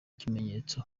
ikimenyabose